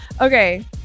Okay